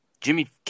Jimmy